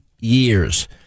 years